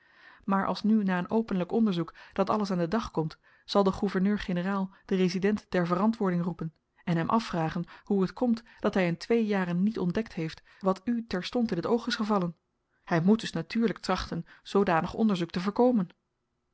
maar als nu na een openlyk onderzoek dat alles aan den dag komt zal de gouverneur-generaal den resident ter verantwoording roepen en hem afvragen hoe t komt dat hy in twee jaren niet ontdekt heeft wat u terstond in t oog is gevallen hy moet dus natuurlyk trachten zoodanig onderzoek te verkomen